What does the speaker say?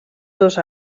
dos